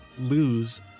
lose